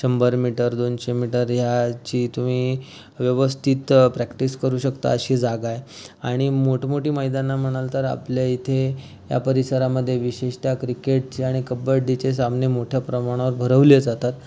शंभर मीटर दोनशे मीटर याची तुम्ही व्यवस्थित प्रॅक्टिस करू शकता अशी जागा आहे आणि मोठमोठी मैदानं म्हणाल तर आपल्या इथे या परिसरामध्ये विशेषतः क्रिकेटचे आणि कबड्डीचे सामने मोठ्या प्रमाणावर भरवले जातात